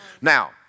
Now